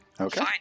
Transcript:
Okay